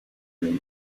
room